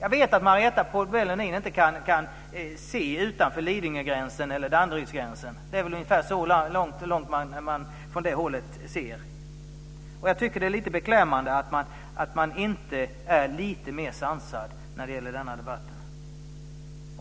Jag vet att Marietta de Pourbaix-Lundin inte kan se utanför Lidingögränsen eller Danderydsgränsen. Det är väl ungefär så långt man ser från det hållet. Jag tycker att det är lite beklämmande att man inte är lite mer sansad i den här debatten.